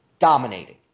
dominating